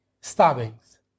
stabbings